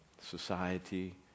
society